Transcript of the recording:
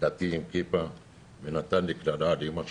דתי עם כיפה וקילל את אימא שלי.